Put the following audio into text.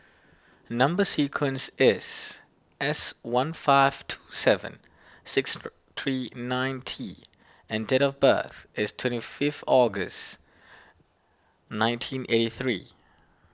Number Sequence is S one five two seven six three nine T and date of birth is twenty fifth August nineteen eighty three